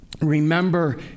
Remember